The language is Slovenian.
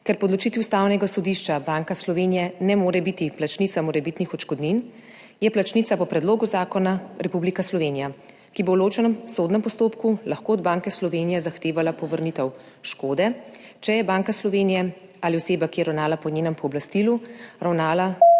Ker po odločitvi Ustavnega sodišča Banka Slovenije ne more biti plačnica morebitnih odškodnin, je plačnica po predlogu zakona Republika Slovenija, ki bo v ločenem sodnem postopku lahko od Banke Slovenije zahtevala povrnitev škode, če je Banka Slovenije ali oseba, ki je ravnala po njenem pooblastilu, ravnala